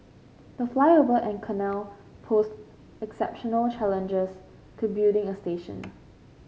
the flyover and canal posed exceptional challenges to building a station